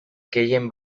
gehien